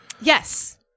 Yes